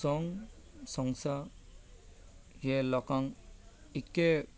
सोंग सोंग्सा हें लोकांक इतलें